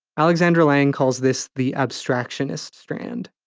alexandra lang calls this the abstractionist strand.